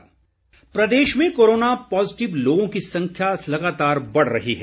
corona Himachal Pradesh में corona positive लोगों की संख्या लगातार बढ़ रही है